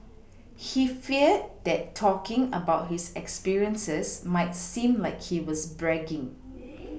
he feared that talking about his experiences might seem like he was bragging